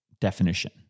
definition